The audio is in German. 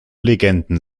legenden